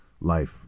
life